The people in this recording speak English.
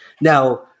Now